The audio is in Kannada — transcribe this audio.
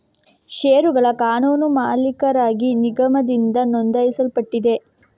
ಷೇರುಗಳ ಕಾನೂನು ಮಾಲೀಕರಾಗಿ ನಿಗಮದಿಂದ ನೋಂದಾಯಿಸಲ್ಪಟ್ಟಿದೆ